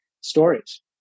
stories